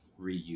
reuse